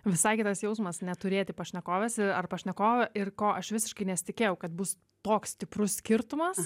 visai kitas jausmas neturėti pašnekovės ar pašnekovo ir ko aš visiškai nesitikėjau kad bus toks stiprus skirtumas